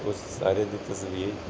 ਉਸ ਸਾਰੇ ਦੀ ਤਸਵੀਰ